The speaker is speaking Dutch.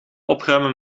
opruimen